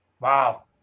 Wow